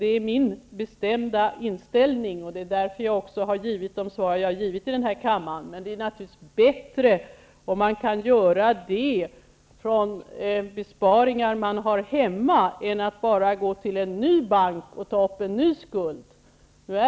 Det är min bestämda inställning, och det är därför jag också givit de svar jag givit i denna kammare. Men det är naturligtvis bättre om man kan göra det från de besparingar man har hemma i stället för att gå till en ny bank och ta upp en ny skuld.